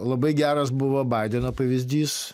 labai geras buvo baideno pavyzdys